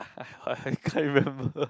I I can't remember